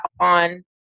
on